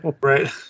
right